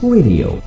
Radio